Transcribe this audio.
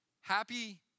happy